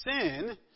sin